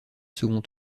second